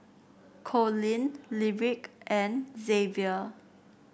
Collin Lyric and Xavier